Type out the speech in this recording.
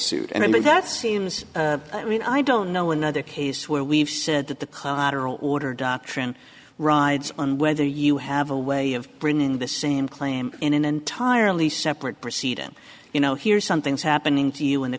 suit and i think that seems i mean i don't know another case where we've said that the cotterell order doctrine rides on whether you have a way of bringing the same claim in an entirely separate proceeding you know here something's happening to you in the